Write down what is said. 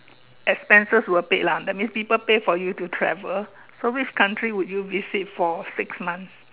expenses were paid lah that means people pay for you to travel so which country would you visit for six months